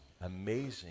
amazing